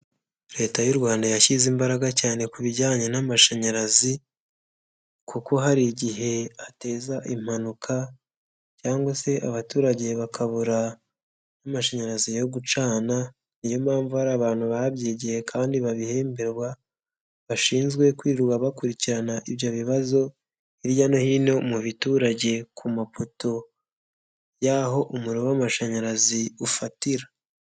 Leta y'u Rwanda yashyize imbaraga cyane ku bijyanye n'amashanyarazi, kuko hari igihe ateza impanuka cyangwa se abaturage bakabura n'amashanyarazi yo gucana, niyo mpamvu hari abantu babyigiye kandi babihemberwa bashinzwe kwirirwa bakurikirana ibyo bibazo hirya no hino mu baturage ku mapoto y'aho umuriro w'amashanyarazi ufatira.